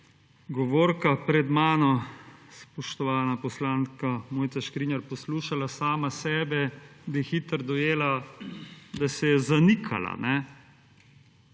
govorka pred mano, spoštovana poslanka Mojca Škrinjar poslušala sama sebe, bi hitro dojela, da se je zanikala,